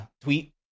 tweet